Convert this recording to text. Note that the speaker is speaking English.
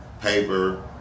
paper